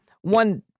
one